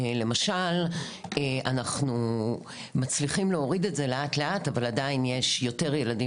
למשל אנחנו מצליחים להוריד את זה לאט לאט אבל עדיין יש יותר ילדים